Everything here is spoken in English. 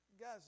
guys